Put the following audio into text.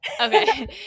Okay